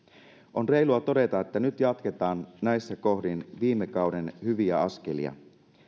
on reilua todeta että nyt jatketaan näissä kohdin viime kauden hyviä askelia